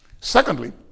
Secondly